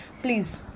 please